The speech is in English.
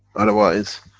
otherwise,